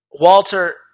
Walter